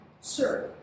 Sir